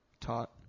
taught